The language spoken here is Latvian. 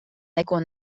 neko